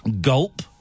Gulp